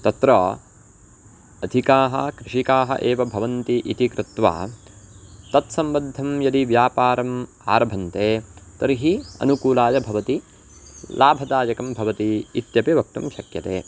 तत्र अधिकाः कृषिकाः एव भवन्ति इति कृत्वा तत्सम्बद्धं यदि व्यापारम् आरभन्ते तर्हि अनुकूलाय भवति लाभदायकं भवति इत्यपि वक्तुं शक्यते